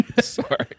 Sorry